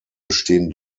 bestehen